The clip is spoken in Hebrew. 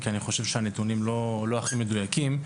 כי אני חושב שהנתונים לא הכי מדויקים.